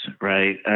right